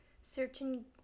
certain